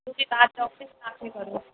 तो फिर बात ऑफिस में आ के करो